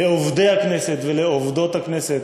לעובדי הכנסת ולעובדות הכנסת